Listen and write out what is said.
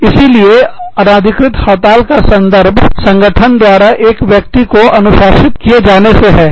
इसीलिए अनाधिकृत हड़ताल का संदर्भयदि संगठन द्वारा एक व्यक्ति को अनुशासित किए जाने से है